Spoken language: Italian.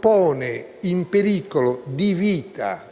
porre in pericolo di vita